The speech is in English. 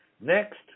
Next